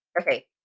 okay